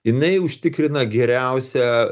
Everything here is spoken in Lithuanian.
jinai užtikrina geriausią